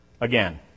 again